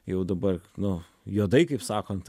jau dabar nu juodai kaip sakant